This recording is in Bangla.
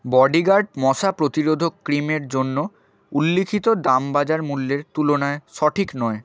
বডিগার্ড মশা প্রতিরোধক ক্রিমের জন্য উল্লিখিত দাম বাজারমূল্যের তুলনায় সঠিক নয়